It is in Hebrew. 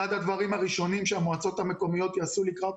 אחד הדברים הראשונים שהמועצות המקומיות יעשו לקראת